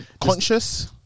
Conscious